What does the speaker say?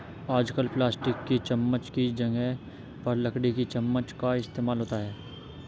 आजकल प्लास्टिक की चमच्च की जगह पर लकड़ी की चमच्च का इस्तेमाल होता है